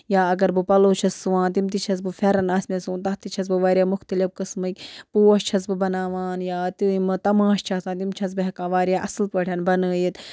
یا اگر بہٕ پَلو چھَس سُوان تِم تہِ چھَس بہٕ پھٮ۪رَن آسہِ مےٚ سُوُن تَتھ تہِ چھَس بہٕ وارِیاہ مُختلِف قٕسمٕکۍ پوش چھَس بہٕ بَناوان یا تِمہٕ تَماش چھِ آسان تِم چھَس بہٕ ہٮ۪کان وارِیاہ اَصٕل پٲٹھۍ بَنٲیِتھ